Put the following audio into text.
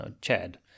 Chad